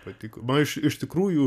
patiko na iš iš tikrųjų